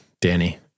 danny